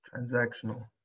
Transactional